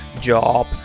job